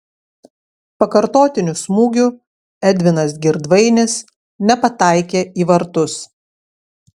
pakartotiniu smūgiu edvinas girdvainis nepataikė į vartus